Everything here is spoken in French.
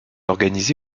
organisé